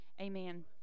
amen